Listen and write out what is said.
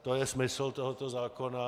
To je smysl tohoto zákona.